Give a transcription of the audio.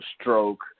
stroke